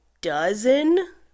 dozen